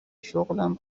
شغلم